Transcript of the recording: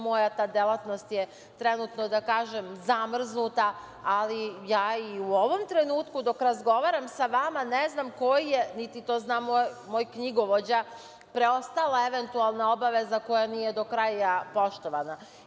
Moja ta delatnost je trenutno da kažem zamrznuta ali ja i u ovom trenutku dok razgovaram sa vama ne znam koji je niti to zna moj knjigovođa, preostala eventualna obaveza koja nije do kraja poštovana.